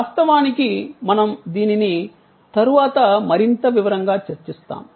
వాస్తవానికి మనం దీనిని తరువాత మరింత వివరంగాచర్చిస్తాము